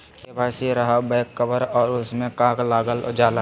KYC रहा back cover और उसमें का का लागल जाला?